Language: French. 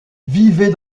vivait